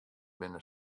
binne